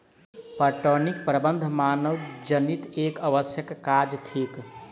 पटौनीक प्रबंध मानवजनीत एक आवश्यक काज थिक